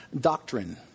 doctrine